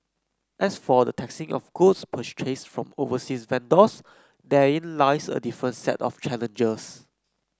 as for the taxing of goods purchased from overseas vendors therein lies a different set of challenges